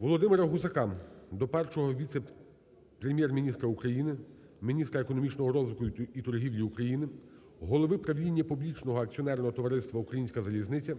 Володимира Гусака до першого віце-прем'єр-міністра України - міністра економічного розвитку і торгівлі України, голови правління публічного акціонерного товариства "Українська залізниця"